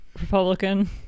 Republican